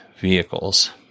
vehicles